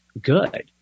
good